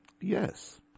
Yes